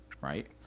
right